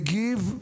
מגיב,